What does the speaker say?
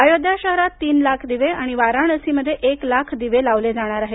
अयोध्या शहरात तीन लाख दिवे आणि वाराणसी मध्ये एक लाख दिवे लावले जाणार आहेत